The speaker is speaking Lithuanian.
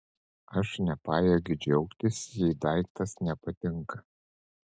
aš nepajėgiu džiaugtis jei daiktas nepatinka